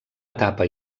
etapa